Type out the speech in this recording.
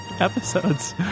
episodes